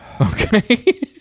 Okay